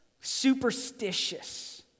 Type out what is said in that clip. superstitious